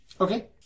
Okay